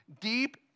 deep